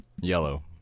Yellow